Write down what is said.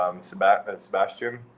Sebastian